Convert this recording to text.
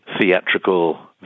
theatrical